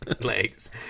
legs